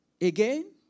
Again